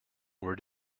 where